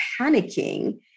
panicking